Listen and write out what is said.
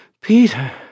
Peter